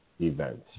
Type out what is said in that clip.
events